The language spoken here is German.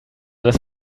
dass